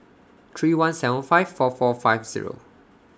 three one seven five four four five Zero